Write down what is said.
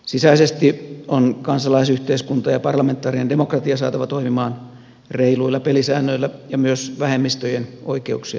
sisäisesti on kansalaisyhteiskunta ja parlamentaarinen demokratia saatava toimimaan reiluilla pelisäännöillä ja myös vähemmistöjen oikeuksia turvaten